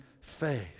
faith